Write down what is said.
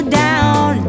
down